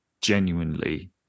genuinely